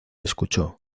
escuchó